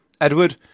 Edward